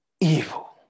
evil